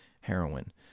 heroin